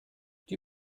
die